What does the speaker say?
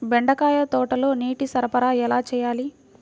బెండకాయ తోటలో నీటి సరఫరా ఎలా చేయాలి?